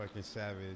savage